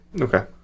Okay